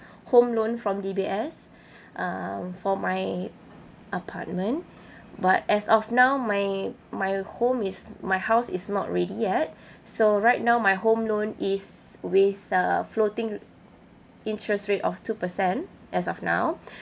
home loan from D_B_S um for my apartment but as of now my my home is my house is not ready yet so right now my home loan is with uh floating interest rate of two percent as of now